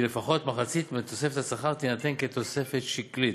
כי לפחות מחצית מתוספת השכר תינתן כתוספת שקלית,